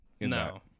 No